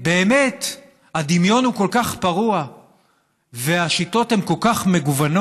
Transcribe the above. באמת הדמיון הוא כל כך פרוע והשיטות הן כל כך מגוונות.